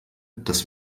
dass